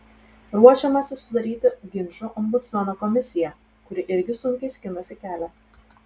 ruošiamasi sudaryti ginčų ombudsmeno komisiją kuri irgi sunkiai skinasi kelią